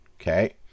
okay